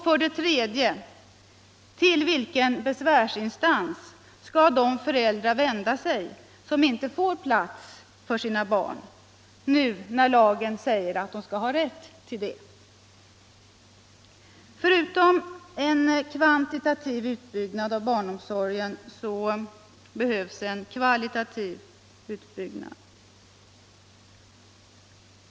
För det tredje: Till vilken besvärsinstans skall de föräldrar vända sig som inte får plats för sina barn, nu när lagen säger att de skall ha rätt till det? Förutom en kvantitativ utbyggnad av barnomsorgen behövs en kva Ilitativ utbyggnad.